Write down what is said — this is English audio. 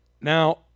Now